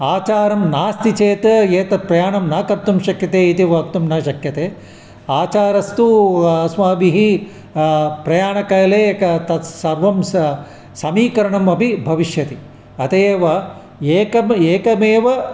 आचारं नास्ति चेत् एतत् प्रयाणं न कर्तुं शक्यते इति वक्तुं न शक्यते आचारस्तु अस्माभिः प्रयाणकाले एकं तत्सर्वंं स समीकरणम् अपि भविष्यति अतः एव एकम् एकमेव